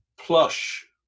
plush